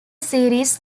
series